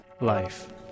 Life